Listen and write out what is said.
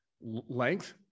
length